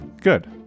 Good